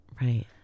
right